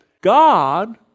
God